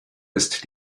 ist